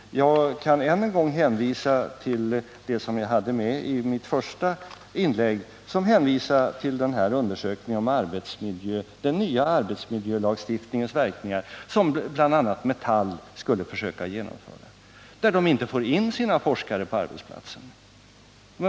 Jag kan ännu en gång åberopa det som jag tog med i mitt första inlägg och som hänvisar till den undersökning som gjorts om den nya arbetsmiljölagstiftningens verkningar och som bl.a. Metall skulle försöka genomföra. Metall får icke in sina forskare på arbetsplatsen.